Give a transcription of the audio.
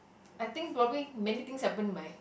I think probably many things happen to my